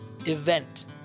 event